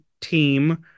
team